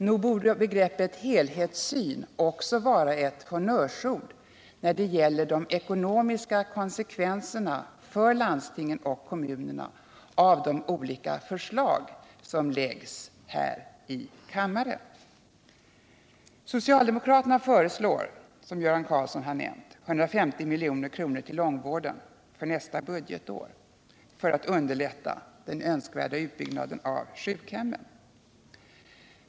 Nog borde begreppet helhetssyn också vara ett honnörsord när det gäller de ekonomiska konsekvenserna för landsting och kommuner av de olika förslag som läggs fram här i kammaren. Socialdemokraterna föreslår, som Göran Karlsson har nämnt, 150 milj.kr. till långvården för nästa budgetår för att underlätta den önskvärda utbyggnaden av sjukhemmen.